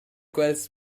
quels